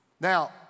Now